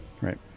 Right